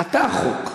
אתה החוק.